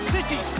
City